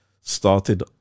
started